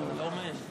זה לא מנומס.